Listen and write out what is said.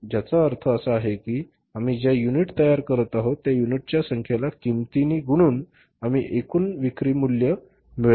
ज्याचा अर्थ असा आहे की आम्ही ज्या युनिट तयार करणार आहोत त्या युनिटच्या संख्येला किंमतीने गुणुन आम्हाला एकूण विक्री मूल्य मिळेल